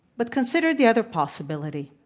but consider the other possibility.